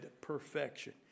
perfection